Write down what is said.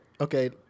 okay